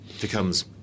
becomes